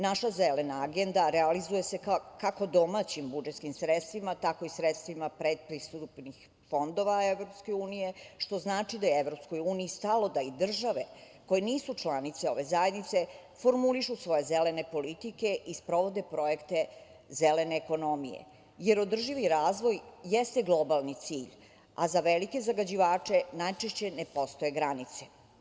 Naša zelena agenda realizuje se kako domaćim budžetskih sredstvima, tako i sredstvima predpristupnih fondova EU, što znači da je EU stalo da i države koje nisu članice ove zajednice formulišu svoje zelene politike i sprovode projekte zelene ekonomije, jer održivi razvoj jeste globalni cilj, a za velike zagađivače najčešće ne postoje granice.